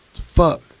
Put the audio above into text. Fuck